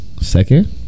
second